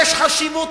החשיבות